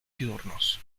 diurnos